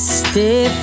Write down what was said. stay